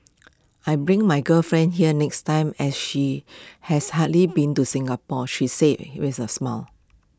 I'm bring my girlfriend here next time as she has hardly been to Singapore she says with A smile